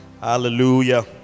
Hallelujah